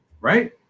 right